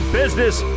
business